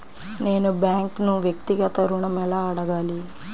నేను బ్యాంక్ను వ్యక్తిగత ఋణం ఎలా అడగాలి?